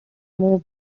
moved